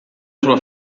sulla